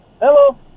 hello